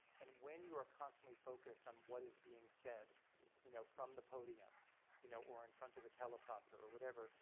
and when you are constantly focused on what is being said you know from the podium you know or in front of a teleprompter or whatever,